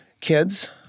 kids